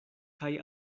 kaj